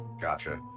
Gotcha